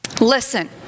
Listen